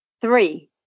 Three